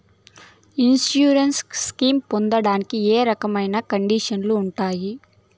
Insurance claim పొందేకి ఏ రకమైన కండిషన్లు ఉంటాయి?